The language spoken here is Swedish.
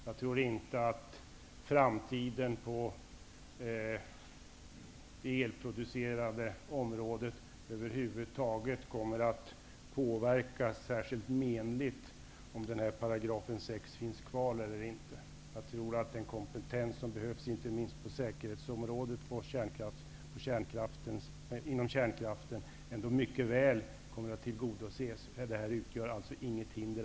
Jag tror inte att framtiden på elproduktionsområdet över huvud taget kommer att påverkas särskilt menligt av om 6 § kärntekniklagen finns kvar eller inte. Kraven på den kompetens som behövs, inte minst på säkerhetsområdet vad gäller kärnkraften, kommer ändå -- tror jag -- mycket väl att tillgodoses. Det här utgör inte alls något hinder.